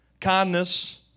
kindness